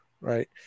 right